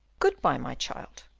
good-bye, my child.